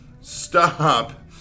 stop